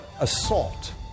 assault